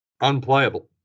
unplayable